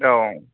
औ